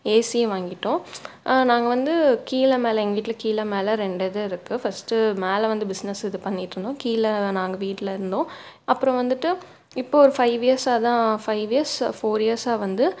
ஏசியும் வாங்கிவிட்டோம் நாங்கள் வந்து கீழே மேலே எங்கள் வீட்டில் கீழே மேலே ரெண்டு இது இருக்குது ஃபர்ஸ்ட்டு மேலே வந்து பிஸ்னஸ் இது பண்ணிகிட்டுருந்தோம் கீழே நாங்கள் வீட்டில் இருந்தோம் அப்புறம் வந்துட்டு இப்போது ஒரு ஃபைவ் இயர்ஸாக தான் ஃபைவ் இயர்ஸ் ஃபோர் இயர்ஸாக வந்து